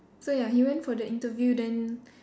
so ya he went for the interview then